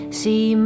see